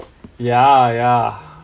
yeah yeah